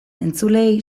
entzuleei